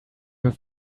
have